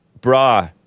bra